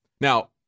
Now